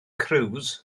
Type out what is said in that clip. cruise